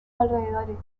alrededores